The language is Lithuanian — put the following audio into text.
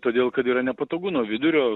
todėl kad yra nepatogu nuo vidurio